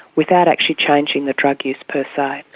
without actually changing the drug use per se.